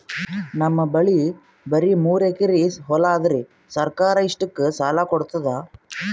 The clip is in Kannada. ನಮ್ ಬಲ್ಲಿ ಬರಿ ಮೂರೆಕರಿ ಹೊಲಾ ಅದರಿ, ಸರ್ಕಾರ ಇಷ್ಟಕ್ಕ ಸಾಲಾ ಕೊಡತದಾ?